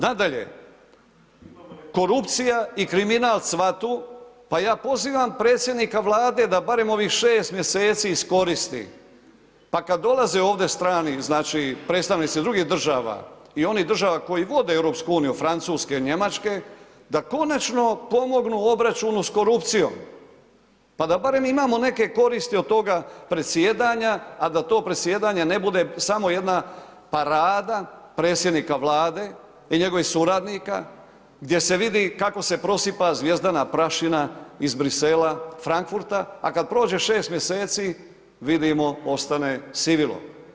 Nadalje, korupcija i kriminal cvatu pa ja pozivam predsjednika Vlade da barem ovih 6 mjeseci iskoristi, pa kad dolaze ovdje strani znači predstavnici drugih država i onih država koji vode EU, Francuske, Njemačke da konačno pomognu u obračunu s korupcijom pa da barem imamo neke koristi od toga predsjedanja, a da to predsjedanje ne bude samo jedna parada predsjednika Vlade i njegovih suradnika gdje se vidi kako se prosipa zvjezdana prašina iz Bruxellesa, Frankfurta, a kad prođe 6 mjeseci vidimo ostane sivilo.